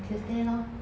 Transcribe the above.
tuesday lor